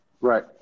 Right